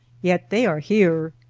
yet they are here.